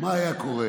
מה היה קורה